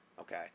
okay